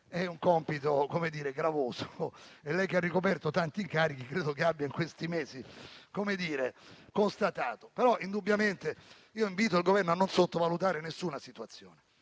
è un compito gravoso e lei che ha ricoperto tanti incarichi credo che lo abbia in questi mesi constatato. Però indubbiamente invito il Governo a non sottovalutare nessuna situazione.